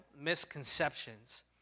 misconceptions